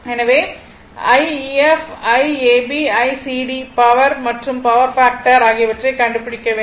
எனவே Ief Iab ICd power மற்றும் power factor ஆகியவற்றை கண்டுபிடிக்க வேண்டும்